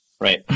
right